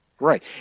right